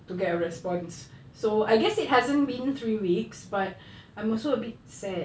to get a response so I guess it hasn't been three weeks but I'm also a bit sad